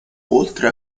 oltre